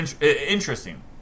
interesting